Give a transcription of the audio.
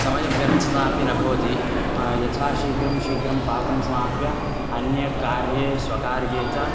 समयव्यर्थता अपि न भवति यथा शीघ्रं शीघ्रं पाकं समाप्य अन्यकार्ये स्वकार्ये च